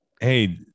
hey